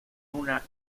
una